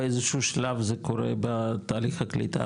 באיזשהו שלב זה קורה בתהליך הקליטה,